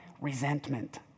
resentment